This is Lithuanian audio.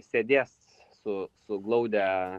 sėdės su suglaudę